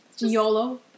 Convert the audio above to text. Yolo